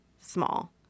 small